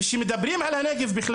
וכשמדברים בכללי על הנגב.